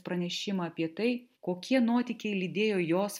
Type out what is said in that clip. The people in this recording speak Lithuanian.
pranešimą apie tai kokie nuotykiai lydėjo jos